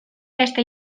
beste